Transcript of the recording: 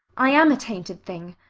i am a tainted thing.